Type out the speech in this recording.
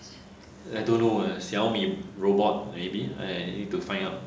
I don't know eh Xiaomi robot maybe I need to find out